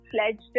pledged